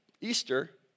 Easter